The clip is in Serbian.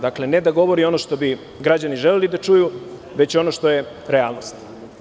Dakle, ne da govori ono što bi građani želeli da čuju već ono što je realnost.